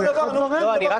אני רק